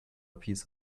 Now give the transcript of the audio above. piece